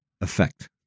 effect